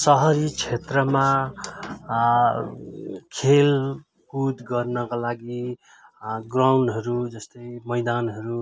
सहरी क्षेत्रमा खेलकुद गर्नका लागि ग्राउन्डहरू जस्तै मैदानहरू